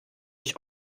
ich